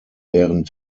während